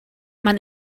man